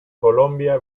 colombia